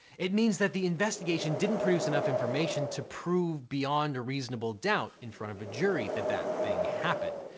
it means that the investigation didn't produce enough information to prove beyond a reasonable doubt in front of a jury that that thing happened.